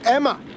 Emma